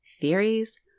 theories